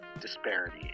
disparity